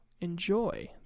enjoy